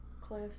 Cliff